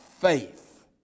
faith